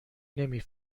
نمی